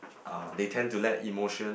uh they tend to let emotion